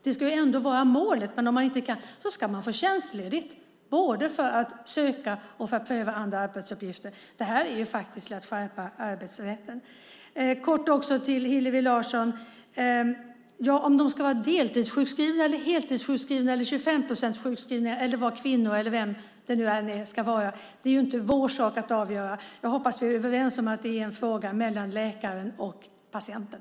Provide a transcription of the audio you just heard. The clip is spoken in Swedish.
Det ska vara målet, men om man inte kan ska man få tjänstledigt, både för att söka och pröva andra arbetsuppgifter. Det är faktiskt att skärpa arbetsrätten. Kort till Hillevi Larsson: Om dessa kvinnor, eller vilka de nu är, ska vara heltids-, deltids eller 25-procentssjukskrivna är inte vår sak att avgöra. Jag hoppas att vi är överens om att det är en fråga för läkaren och patienten.